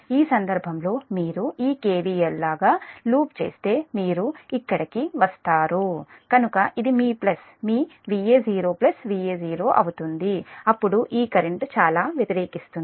ఈ సందర్భంలో మీరు ఈ KVL లాగా లూప్ చేస్తే మీరు ఇక్కడకు వస్తారు కనుక ఇది మీ ప్లస్ మీ Va0 Va0 అవుతుంది అప్పుడు ఈ కరెంట్ చాలా వ్యతిరేకిస్తుంది